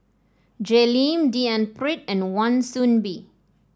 Jay Lim D N Pritt and Wan Soon Bee